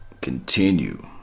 continue